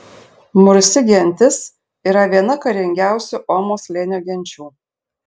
mursi gentis yra viena karingiausių omo slėnio genčių